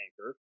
anchor